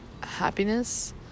happiness